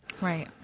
Right